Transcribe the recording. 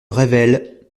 revel